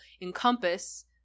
encompass